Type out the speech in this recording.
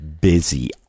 busy